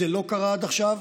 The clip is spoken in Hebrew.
זה לא קרה עד עכשיו.